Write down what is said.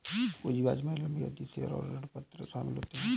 पूंजी बाजार में लम्बी अवधि में शेयर और ऋणपत्र शामिल होते है